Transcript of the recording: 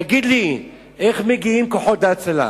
תגיד לי, איך מגיעים כוחות ההצלה?